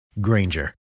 Granger